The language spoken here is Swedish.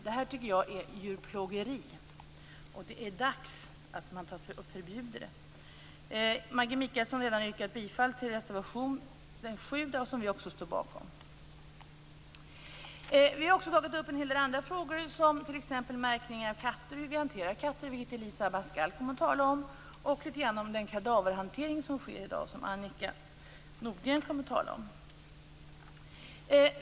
Det är djurplågeri, och det är dags att det förbjuds. Maggi Mikaelsson har redan yrkat bifall till reservation 7, som också vi står bakom. Vi har också tagit upp en del andra frågor, t.ex. märkning av katter och hur vi hanterar katter. Elisa Abascal Reyes skall tala om detta. Annika Nordgren kommer att tala om kadaverhanteringen.